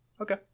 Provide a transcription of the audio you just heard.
Okay